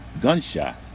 gunshot